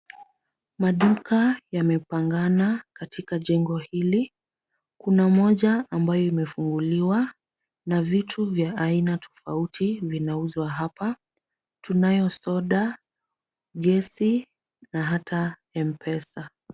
Maduka yamepangana katika jengo hili. Kuna moja ambayo imefunguliwa na vitu vya aina tofauti vinauzwa hapa. Tunayo soda, gesi na hata mpesa.